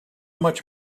much